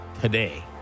today